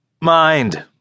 mind